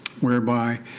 whereby